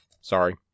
Sorry